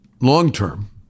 long-term